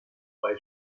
bei